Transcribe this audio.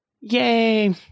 yay